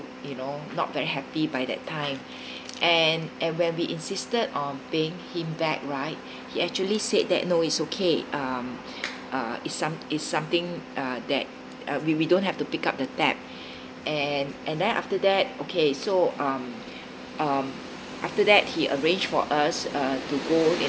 you know not very happy by that time and and when we insisted on paying him back right he actually said that no is okay um uh is some~ is something uh that uh we we don't have to pick up the debt and and then after that okay so um um after that he arrange for us uh to go